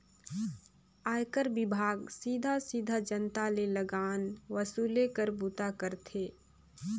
आयकर विभाग सीधा सीधा जनता ले लगान वसूले कर बूता करथे